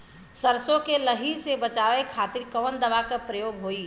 सरसो के लही से बचावे के खातिर कवन दवा के प्रयोग होई?